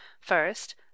First